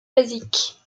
basique